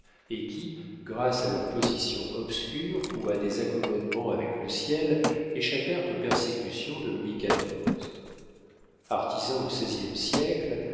et qui grâce à leur position obscure ou à des accommodements avec le ciel échappèrent aux persécutions de louis xiv artisans au xvie siècle